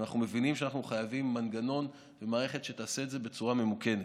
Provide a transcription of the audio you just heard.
ואנחנו מבינים שאנחנו חייבים מנגנון ומערכת שתעשה את זה בצורה ממוכנת,